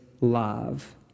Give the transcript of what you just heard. love